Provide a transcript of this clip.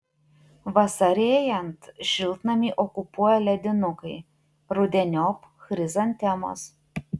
vasarėjant šiltnamį okupuoja ledinukai rudeniop chrizantemos